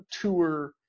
tour